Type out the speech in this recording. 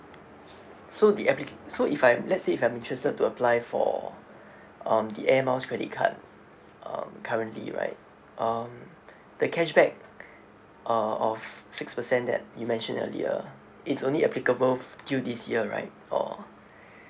so the applic~ so if I'm let's say if I'm interested to apply for um the air miles credit card um currently right um the cashback uh of six percent that you mentioned earlier it's only applicable till this year right or